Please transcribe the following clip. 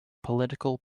political